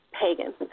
pagan